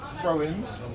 throw-ins